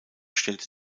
stellte